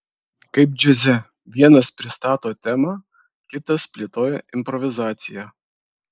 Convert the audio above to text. kaip džiaze vienas pristato temą kitas plėtoja improvizaciją